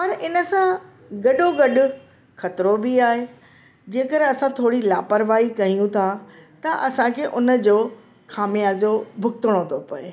पर इन सां गॾो गॾु खतरो बि आहे जेकर असां थोरी लापरवाही कयूं था त असांखे उन जो खामियाजो भुगतणो थो पए